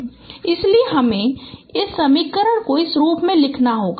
इसलिए हमें इस समीकरण को इस रूप में लिखना होगा